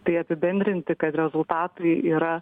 tai apibendrinti kad rezultatai yra